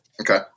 Okay